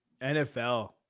NFL